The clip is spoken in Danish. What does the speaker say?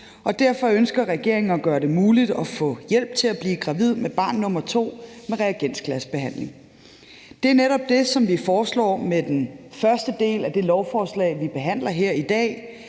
derfor ønsker regeringen at gøre det muligt at få hjælp til at blive gravid med barn nummer to med reagensglasbehandling. Det er netop det, som vi foreslår med den første del af det lovforslag, vi behandler her i dag,